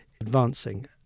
advancing